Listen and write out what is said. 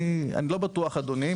אני לא בטוח אדוני,